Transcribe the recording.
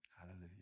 Hallelujah